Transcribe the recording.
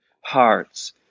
hearts